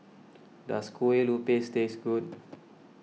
does Kue Lupis taste good